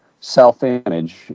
self-image